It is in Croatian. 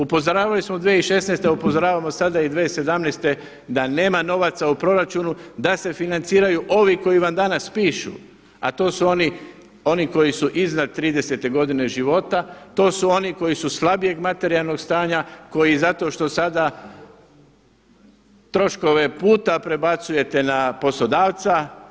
Upozoravali smo 2016., upozoravamo i sada 2017. da nema novaca u proračunu da se financiraju ovi koji vam danas pišu, a to su oni koji su iznad 30. godine života, to su oni koji su slabijeg materijalnog stanja, koji zato što sada troškove puta prebacujete na poslodavca.